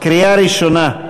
בקריאה ראשונה.